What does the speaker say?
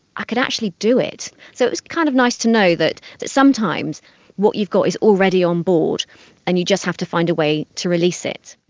i could actually do it. so it was kind of nice to know that that sometimes what you've got is already on board and you just have to find a way to release it.